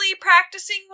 practicing